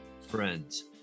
Friends